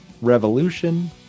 Revolution